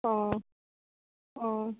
অঁ অঁ